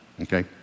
Okay